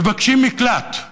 ומבקשים מקלט.